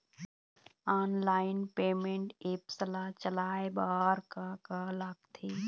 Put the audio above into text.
Online payment apps ला चलाए बार का का लगथे?